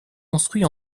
construit